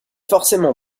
forcément